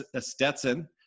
Stetson